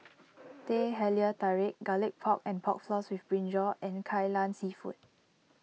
Teh Halia Tarik Garlic Pork and Pork Floss with Brinjal and Kai Lan Seafood